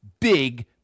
big